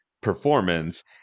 performance